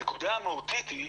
הנקודה המהותית היא,